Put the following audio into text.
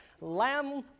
Lamb